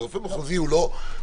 הרופא המחוזי הוא לא --- אדוני,